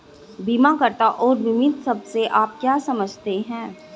बीमाकर्ता और बीमित शब्द से आप क्या समझते हैं?